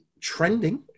trending